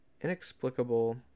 inexplicable